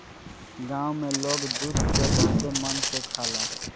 गाँव में लोग दूध के बहुते मन से खाला